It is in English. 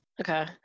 Okay